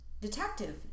detective